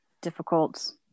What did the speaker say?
difficult